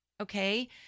Okay